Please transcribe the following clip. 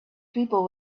people